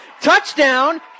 touchdown